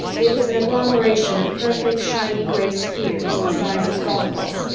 it was an agglomeration of perfect shiny gray spheres the size of golf balls,